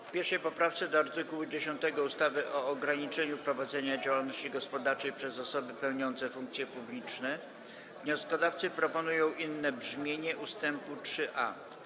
W 1. poprawce do art. 10 ustawy o ograniczeniu prowadzenia działalności gospodarczej przez osoby pełniące funkcje publiczne wnioskodawcy proponują inne brzmienie ust. 3a.